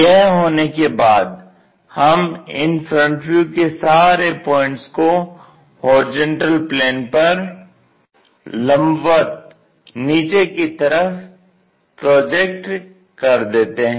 यह होने के बाद हम इन FV के सारे पॉइंट्स को HP पर लंबवत नीचे की तरफ प्रोजेक्ट कर देते हैं